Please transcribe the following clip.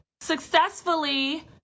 successfully